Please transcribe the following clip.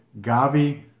Gavi